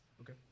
Okay